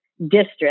District